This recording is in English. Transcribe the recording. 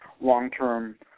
long-term